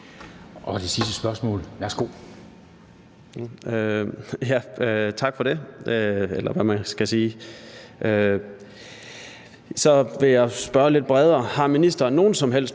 Aagaard Melson (V): Tak for det – eller hvad man skal sige. Så vil jeg spørge lidt bredere: Har ministeren nogen som helst